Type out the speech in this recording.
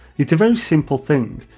it's a very simple thing,